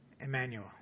Emmanuel